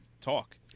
talk